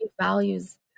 values